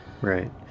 Right